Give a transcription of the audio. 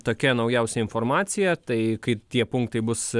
tokia naujausia informacija tai kaip tie punktai bus